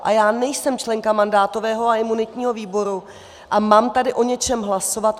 A já nejsem členka mandátového a imunitního výboru a mám tady o něčem hlasovat.